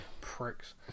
Pricks